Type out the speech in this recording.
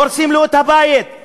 הורסים לו את הבית,